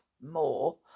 more